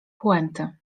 pointy